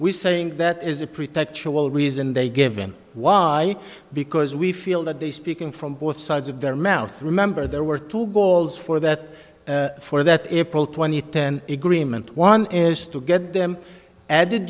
we saying that as a pretext to all reason they give in why because we feel that they speaking from both sides of their mouth remember there were two goals for that for that april twentieth ten agreement one is to get them added